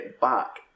back